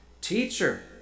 Teacher